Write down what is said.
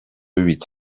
huit